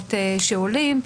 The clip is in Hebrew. הרעיונות שעולים.